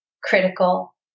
critical